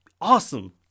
awesome